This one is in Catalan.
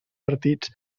partits